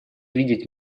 видеть